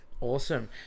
Awesome